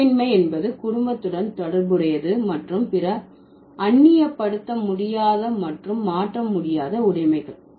உறவின்மை என்பது குடும்பத்துடன் தொடர்புடையது மற்றும் பிற அந்நியப்படுத்த முடியாத மற்றும் மாற்ற முடியாத உடைமைகள்